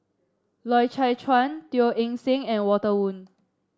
Loy Chye Chuan Teo Eng Seng and Walter Woon